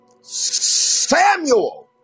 Samuel